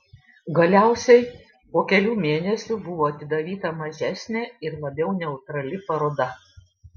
galiausiai po kelių mėnesių buvo atidaryta mažesnė ir labiau neutrali paroda